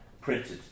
printed